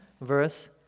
verse